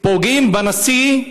פוגעים בנשיא.